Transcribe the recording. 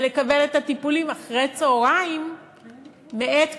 לקבל את הטיפולים אחר-הצהריים מקופת-החולים.